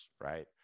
right